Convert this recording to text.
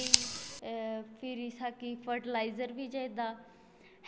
mind fresh होगा ते अस कम्म करने गी जागे नेईं फ्रैश होगा ते कम्म खराब होई अंदा